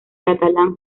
catalán